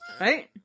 Right